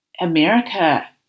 America